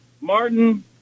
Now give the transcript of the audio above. martin